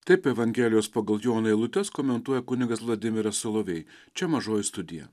taip evangelijos pagal joną eilutes komentuoja kunigas vladimiras solovej čia mažoji studija